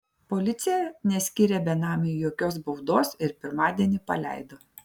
policija neskyrė benamiui jokios baudos ir pirmadienį paleido